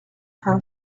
her